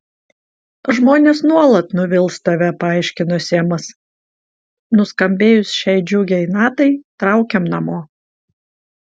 žmonės nuolat nuvils tave paaiškino semas nuskambėjus šiai džiugiai natai traukiam namo